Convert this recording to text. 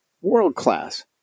world-class